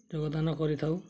ଯୋଗଦାନ କରିଥାଉ